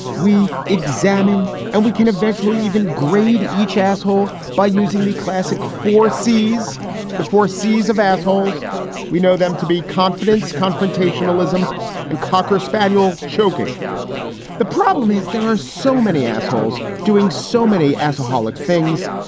we examine and we can eventually even grade each asshole by using the classic forces', the forces of assholes we know them to be confidence, confrontational ism and cocker spaniel choking the problem is there are so many assholes doing so many as a holick things,